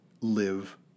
live